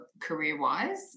career-wise